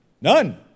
None